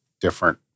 different